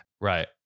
Right